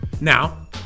Now